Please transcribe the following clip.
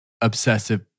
obsessive